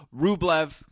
Rublev